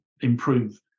improve